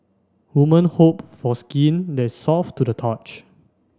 women hope for skin that soft to the touch